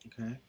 Okay